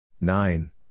nine